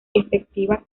efectiva